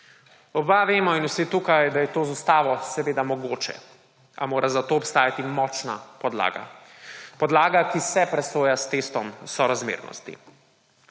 Oba veva in vsi tukaj, da je to z ustavo seveda mogoče, a mora za to obstajati močna podlaga, podlaga, ki se presoja s testom sorazmernosti.